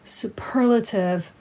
superlative